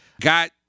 Got